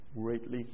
greatly